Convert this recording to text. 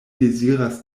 deziras